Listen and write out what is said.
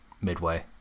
midway